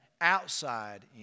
outside